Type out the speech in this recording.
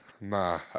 nah